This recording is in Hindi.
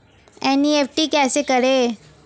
एन.ई.एफ.टी कैसे करें?